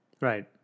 Right